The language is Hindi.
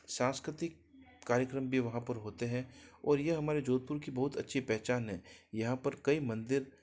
सांस्क्रतिक कार्यक्रम भी वहाँ पर होते हैं और यह हमारे जोधपुर की बहुत अच्छी पहचान है यहाँ पर कई मंदिर